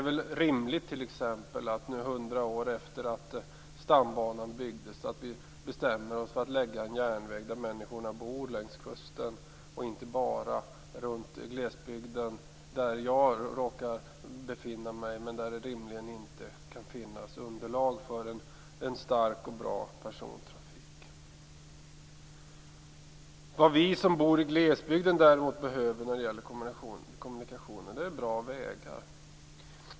Hundra år efter det att stambanan byggdes är det väl rimligt att anlägga en järnväg där människor bor längs kusten och inte bara i glesbygden där jag råkar bo, men där det inte kan finnas underlag för en bra persontrafik. Vad vi som bor i glesbygd däremot behöver när det gäller kommunikationer är bra vägar.